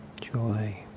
joy